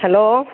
hello